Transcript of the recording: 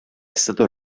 stato